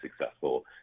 successful